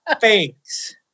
Thanks